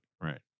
Right